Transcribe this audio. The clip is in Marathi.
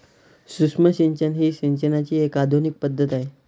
सूक्ष्म सिंचन ही सिंचनाची एक आधुनिक पद्धत आहे